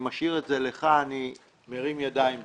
אני משאיר את זה לך היושב ראש ואני מרים ידיים בעניין.